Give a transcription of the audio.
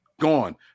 gone